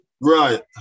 Right